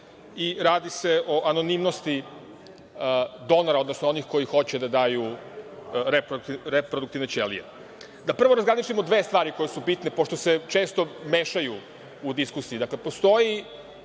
i radi se o anonimnosti donora, odnosno onih koji hoće da daju reproduktivne ćelije. Da prvo razgraničimo dve stvari koje su bitne, pošto se često mešaju u diskusiji.